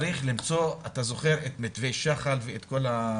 צריך למצוא, אתה זוכר את מתווה שח"ל ואת כל אלה